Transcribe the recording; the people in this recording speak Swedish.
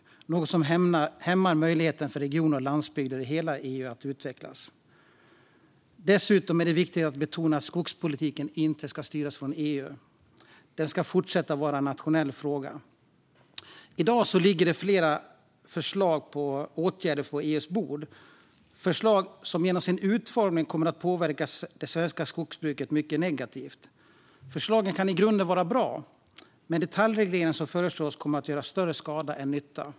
Detta är något som hämmar möjligheten för regioner och landsbygder i hela EU att utvecklas. Dessutom är det viktigt att betona att skogspolitiken inte ska styras från EU utan fortsätta vara en nationell fråga. I dag ligger flera förslag på åtgärder på EU:s bord, förslag som genom sin utformning kommer att påverka det svenska skogsbruket mycket negativt. Förslagen kan i grunden vara bra, men detaljregleringen som föreslås kommer att göra större skada än nytta.